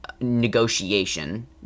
negotiation